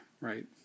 right